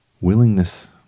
Willingness